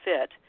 fit